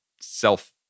self